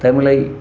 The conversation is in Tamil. தமிழை